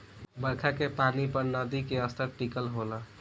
बरखा के पानी पर नदी के स्तर टिकल होला